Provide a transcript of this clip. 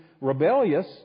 rebellious